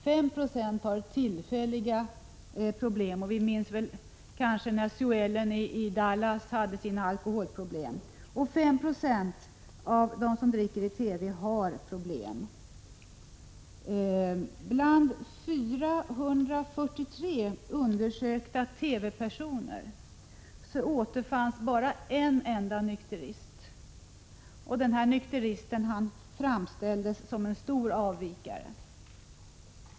5 96 har tillfälliga problem — vi minns väl när Sue Ellen i Dallas hade sina alkoholproblem — och 5 96 av dem som dricker i TV har problem. Bland 443 undersökta TV-personer återfanns bara en enda nykterist, och han framställdes som en stor avvikare.